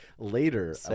later